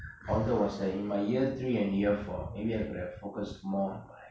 although was in my year three an year four maybe I focus more